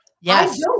Yes